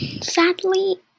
Sadly